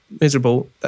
miserable